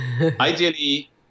Ideally